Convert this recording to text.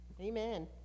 Amen